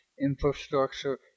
Infrastructure